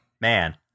Man